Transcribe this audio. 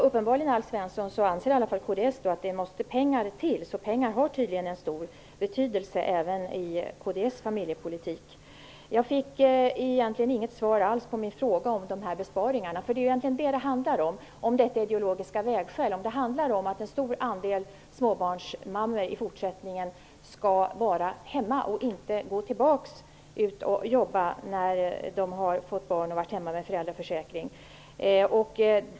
Herr talman! Uppenbarligen anser i varje fall kds att det måste pengar till, så pengar har tydligen en stor betydelse även i kds familjepolitik. Jag fick egentligen inget svar alls på min fråga om besparingarna. Det är ju egentligen det som detta ideologiska vägskäl handlar om. Det handlar om att en stor andel småbarnsmammor i fortsättningen skall vara hemma och inte gå tillbaka ut och jobba efter det att de har fått barn och har varit hemma med föräldraförsäkring.